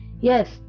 Yes